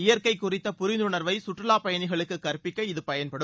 இயற்கை குறித்த புரிந்துணர்வை சுற்றுலா பயணிகளுக்கு கற்பிக்க இது பயன்படும்